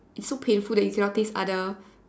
it's so painful that you can not taste other